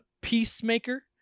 Peacemaker